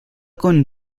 con